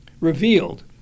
revealed